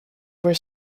were